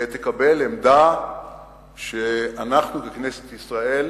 תקבל עמדה שאנחנו ככנסת ישראל